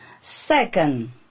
Second